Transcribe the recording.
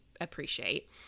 appreciate